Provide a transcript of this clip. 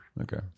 okay